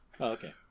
okay